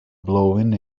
blowing